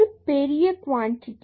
பெரிய குவான்டிடி கிடைக்கும்